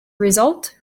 result